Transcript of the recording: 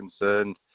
concerned